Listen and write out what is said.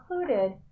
included